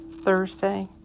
Thursday